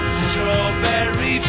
strawberry